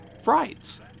Frights